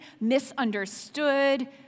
misunderstood